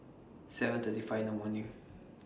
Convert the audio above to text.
seven thirty five in The morning